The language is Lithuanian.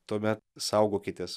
tuomet saugokitės